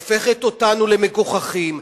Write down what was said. הופכת אותנו למגוחכים.